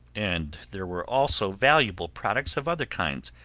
and there were also valuable products of other kinds,